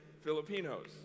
Filipinos